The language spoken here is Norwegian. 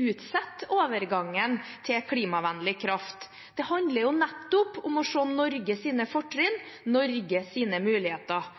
utsette overgangen til klimavennlig kraft. Det handler nettopp om å se Norges fortrinn og Norges muligheter.